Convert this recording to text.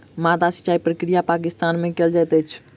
माद्दा सिचाई प्रक्रिया पाकिस्तान में कयल जाइत अछि